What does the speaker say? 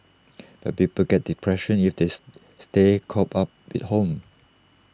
but people get depression if this stay cooped up at home